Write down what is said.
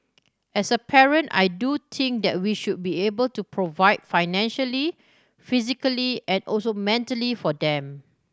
as a parent I do think that we should be able to provide financially physically and also mentally for them